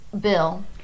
bill